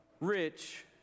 rich